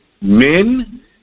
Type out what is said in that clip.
men